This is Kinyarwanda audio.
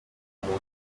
umuntu